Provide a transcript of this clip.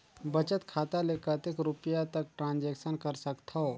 बचत खाता ले कतेक रुपिया तक ट्रांजेक्शन कर सकथव?